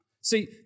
see